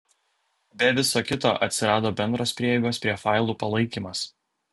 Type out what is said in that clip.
be viso kito atsirado bendros prieigos prie failų palaikymas